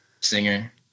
singer